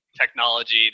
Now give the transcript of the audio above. technology